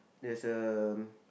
there's a